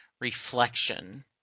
reflection